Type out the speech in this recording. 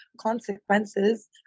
consequences